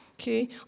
Okay